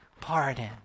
pardon